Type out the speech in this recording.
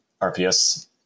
RPS